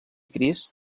gris